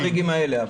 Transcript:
זה לא החריגים האלה.